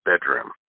bedroom